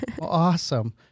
Awesome